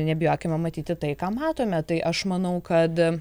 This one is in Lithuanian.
nebijokime matyti tai ką matome tai aš manau kad